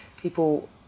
people